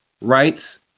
rights